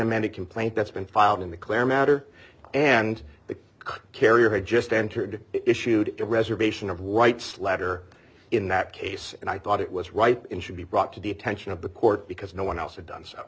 amended complaint that's been filed in the clear matter and the carrier had just entered issued a reservation of white's letter in that case and i thought it was right and should be brought to the attention of the court because no one else had done so